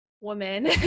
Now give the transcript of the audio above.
woman